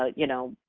ah you know,